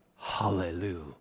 Hallelujah